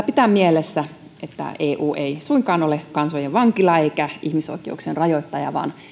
pitää mielessä että eu ei suinkaan ole kansojen vankila eikä ihmisoikeuksien rajoittaja vaan